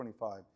25